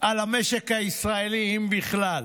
על המשק הישראלי, אם בכלל".